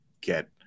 get